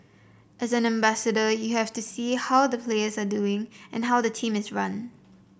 as an ambassador you have to see how the players are doing how the team is run